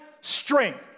strength